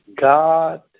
God